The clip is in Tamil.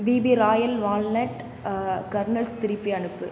பிபி ராயல் வால்னட் கர்னல்ஸ் திருப்பி அனுப்பு